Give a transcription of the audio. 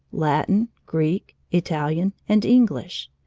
latin, greek, italian, and english.